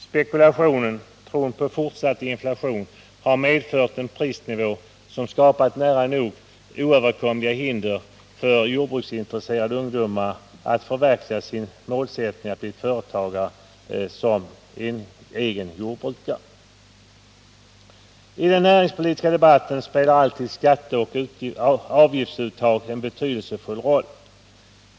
Spekulation och tron på fortsatt inflation har medfört en prisnivå som skapat nära nog oöverkomliga hinder för jordbruksintresserade ungdomar att förverkliga målet att bli egna företagare som jordbrukare. I den näringspolitiska debatten spelar alltid skatteoch avgiftsuttag en betydelsefull roll.